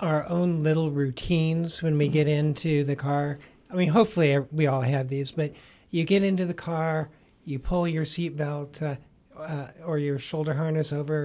our own little routines when we get into the car i mean hopefully we all have these but you get into the car you pull your seat belt or your shoulder harness over